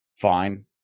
fine